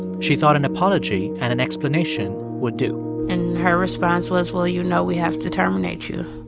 she thought an apology and an explanation would do and her response was, well, you know we have to terminate you.